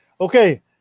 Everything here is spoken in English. Okay